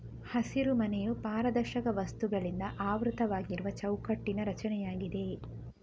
ಹಸಿರುಮನೆಯು ಪಾರದರ್ಶಕ ವಸ್ತುಗಳಿಂದ ಆವೃತವಾಗಿರುವ ಚೌಕಟ್ಟಿನ ರಚನೆಯಾಗಿದೆ